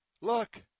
look